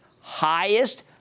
highest